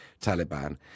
Taliban